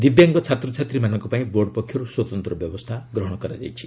ଦିବ୍ୟାଙ୍ଗ ଛାତ୍ରଛାତ୍ରୀମାନଙ୍କ ପାଇଁ ବୋର୍ଡ ପକ୍ଷରୁ ସ୍ୱତନ୍ତ୍ର ବ୍ୟବସ୍ଥା ଗ୍ରହଣ କରାଯାଇଛି